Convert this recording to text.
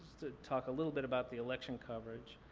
to talk a little bit about the election coverage.